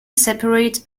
separate